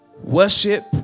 worship